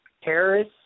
Harris